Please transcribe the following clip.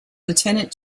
lieutenant